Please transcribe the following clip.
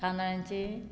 खांदारची